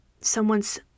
someone's